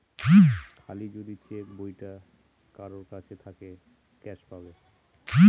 খালি যদি চেক বইটা কারোর কাছে থাকে ক্যাস পাবে